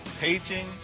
Paging